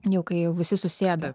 jau kai jau visi susėda